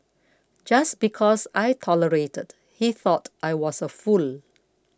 just because I tolerated he thought I was a fool